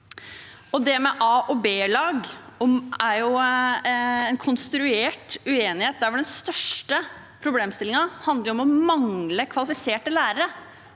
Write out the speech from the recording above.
Det med a- og b-lag er også en konstruert uenighet. Den største problemstillingen handler om at vi mangler kvalifiserte lærere.